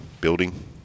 building